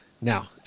now